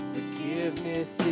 Forgiveness